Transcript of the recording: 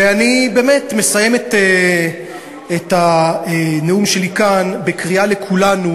ואני באמת מסיים את הנאום שלי כאן בקריאה לכולנו,